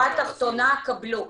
שורה תחתונה, קבלו.